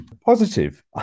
positive